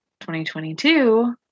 2022